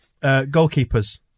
Goalkeepers